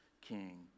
king